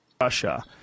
Russia